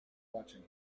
watching